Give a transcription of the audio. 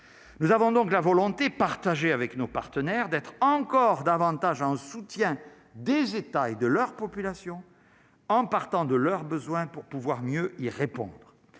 nous avons donc la volonté partagée avec nos partenaires d'être encore davantage en soutien des États et de leur population, en partant de leurs besoins, pour pouvoir mieux y répondre